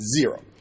zero